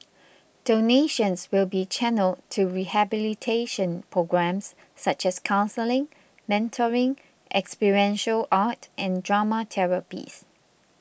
donations will be channelled to rehabilitation programmes such as counselling mentoring experiential art and drama therapies